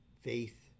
faith